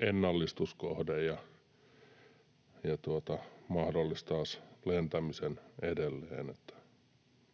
ennallistuskohde ja mahdollistaisi lentämisen edelleen.